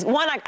one